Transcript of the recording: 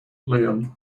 liam